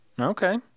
Okay